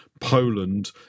Poland